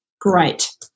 great